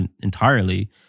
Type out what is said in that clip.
entirely